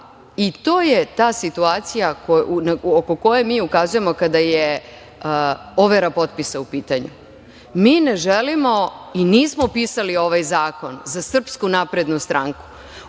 i to je ta situacija oko koje mi ukazujemo kada je overa potpisa u pitanju. Mi ne želimo i nismo pisali ovaj zakon za SNS, ovaj zakon